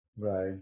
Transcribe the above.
right